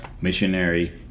missionary